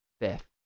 fifth